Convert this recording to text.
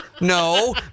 no